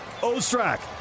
Ostrak